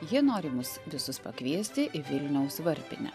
ji nori mus visus pakviesti į vilniaus varpinę